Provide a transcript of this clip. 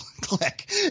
click